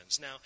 Now